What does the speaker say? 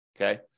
okay